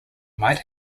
might